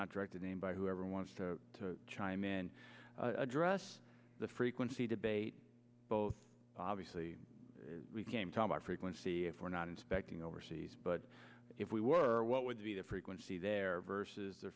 not directed name by whoever wants to chime in address the frequency debate both obviously we came to our frequency if we're not inspecting overseas but if we were what would be the frequency there versus the